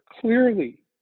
clearly